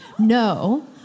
No